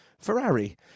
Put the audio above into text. Ferrari